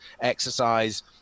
Exercise